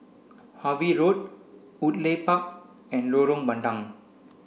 Harvey Road Woodleigh Park and Lorong Bandang